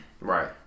Right